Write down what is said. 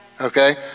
Okay